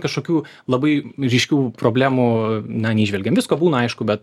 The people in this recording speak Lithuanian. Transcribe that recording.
kažkokių labai ryškių problemų na neįžvelgiam visko būna aišku bet